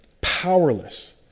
powerless